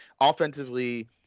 offensively